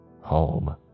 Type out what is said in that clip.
Home